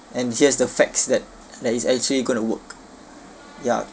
and here's the facts that that it's actually going to work ya